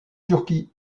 turquie